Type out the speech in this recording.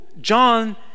John